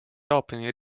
jaapani